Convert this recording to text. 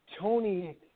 Tony